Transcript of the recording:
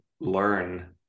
learn